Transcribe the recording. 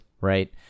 right